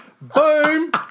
Boom